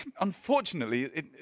Unfortunately